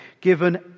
given